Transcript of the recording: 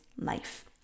life